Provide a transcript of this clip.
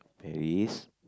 Paris